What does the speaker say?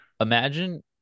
Imagine